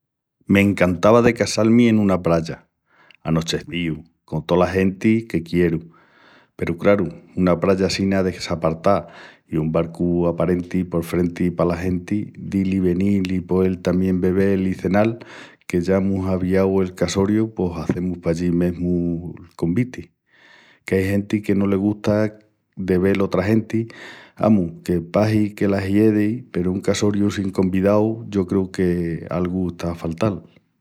M'encantava de casal-mi n'una praya anochecíu con tola genti que quieru. Peru craru una praya assina desapartá i un barcu aparenti por frenti pala genti dil i venil i poel tamién bebel i cenal que ya amus aviau el casoriu pos hazemus pallí mesmu'l conviti. Qu'ai genti que no le gusta de vel otra genti, amus, que pahi que le hiedi, peru un casoriu sin convidaus yo creu que algu está a faltal.